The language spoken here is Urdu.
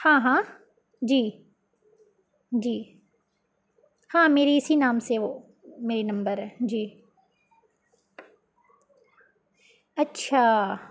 ہاں ہاں جی جی ہاں میری اسی نام سے وہ میری نمبر ہے جی اچھا